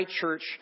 church